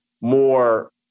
more